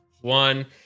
one